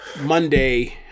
Monday